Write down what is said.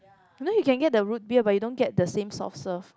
you know you can get the root beer but you don't get the same softserve